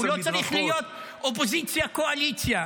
הוא לא צריך להיות אופוזיציה קואליציה,